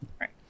Right